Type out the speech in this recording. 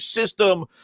system